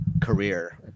career